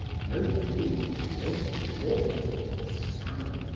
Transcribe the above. no need to waste thought on the salmon,